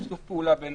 זה שיתוף פעולה בין